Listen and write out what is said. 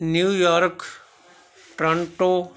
New York Toronto